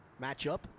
matchup